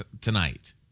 tonight